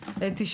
אתי,